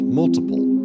multiple